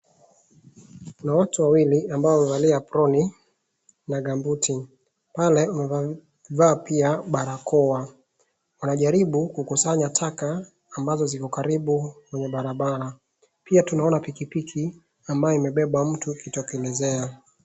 Kuna watu wawili ambao wamevalia apronin na gambuti . Pale wamevaa pia barakoa . Wanajaribu kukusanya taka ambazo ziko karibu kwenye barabra. Pia tunaoana pikipiki ambayo imebeba mtu ikitokelezea.